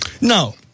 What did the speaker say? No